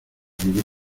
vivir